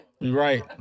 Right